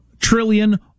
trillion